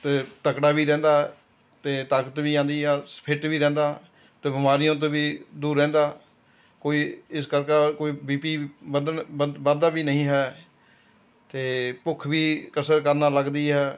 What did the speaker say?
ਅਤੇ ਤਕੜਾ ਵੀ ਰਹਿੰਦਾ ਅਤੇ ਤਾਕਤ ਵੀ ਆਉਂਦੀ ਆ ਫਿੱਟ ਵੀ ਰਹਿੰਦਾ ਅਤੇ ਬਿਮਾਰੀਆਂ ਤੋਂ ਵੀ ਦੂਰ ਰਹਿੰਦਾ ਕੋਈ ਇਸ ਕਰਕਾ ਕੋਈ ਬੀ ਪੀ ਵੱਧਣ ਵੱਧ ਵੱਧਦਾ ਵੀ ਨਹੀਂ ਹੈ ਅਤੇ ਭੁੱਖ ਵੀ ਕਸਰਤ ਕਰਨ ਨਾਲ ਲੱਗਦੀ ਹੈ